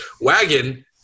wagon